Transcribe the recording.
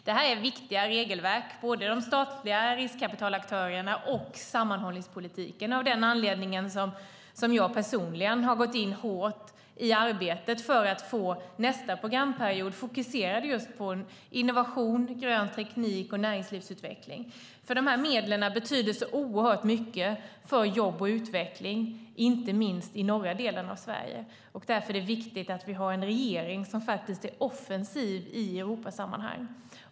Det här är viktiga regelverk för både statliga riskkapitalaktörerna och sammanhållningspolitiken. Det är av den anledningen som jag personligen har gått in hårt i arbetet för att för nästa programperiod fokusera på innovation, grön teknik och näringslivsutveckling, för de här medlen betyder så oerhört mycket för jobb och utveckling, inte minst i norra delen av Sverige. Därför är det viktigt att vi har en regering som är offensiv i Europasammanhang.